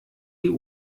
die